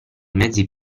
mezzi